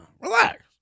Relax